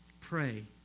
Pray